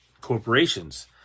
corporations